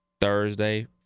Thursday